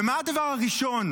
ומה הדבר הראשון,